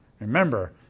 Remember